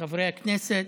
חברי הכנסת.